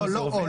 לא, לא 'או'.